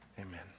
Amen